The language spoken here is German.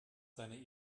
seine